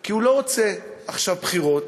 כי הוא לא רוצה עכשיו בחירות